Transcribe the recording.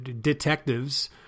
detectives